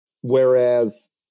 Whereas